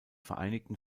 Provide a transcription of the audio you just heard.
vereinigten